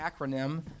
acronym